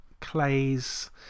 Clay's